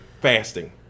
fasting